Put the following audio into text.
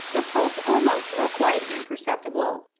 the pulse almost or quite imperceptible,